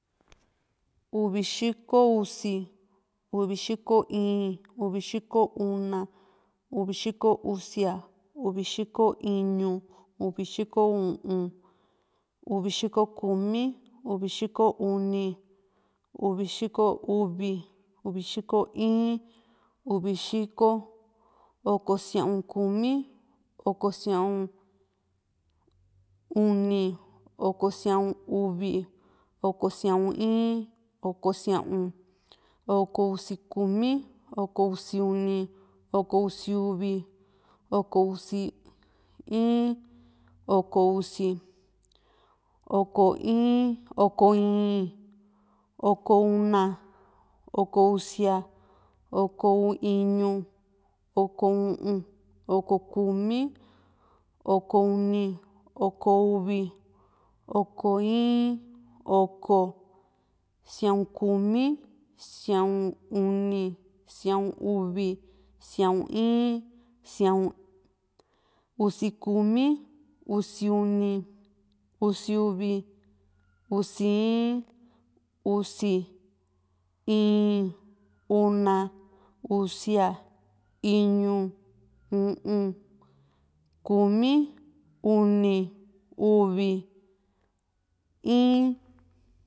uvi xiko usi, uvi xiko íín, uvi xiko una, uvi xiko usia, uvi xiko iñu, uvi xiko u´un, uvi xiko kumi, uvi xiko uni, uvi xiko uvi, uvi xiko in, uvi xiko, oko sia´un kumi, oko sia´un, uni, oko sia´un uvi, oko sia´un in, oko sia´un, oko usi kumi, oko usi uni, oko usi uvi, oko usi in, oko usi, oko in, oko íín, oko una, oko usia, oko iñu, oko u´un, oko kumi, oko uni, oko uvi, oko in, oko, sia´un kumi, sia´un uni, sia´un uvi, sia´un in, sia´un, usi kumi, usi uni, usi uvi, usi in, usi, íín, una, usia, iñu, u´un, kumi, uni, uvi, in.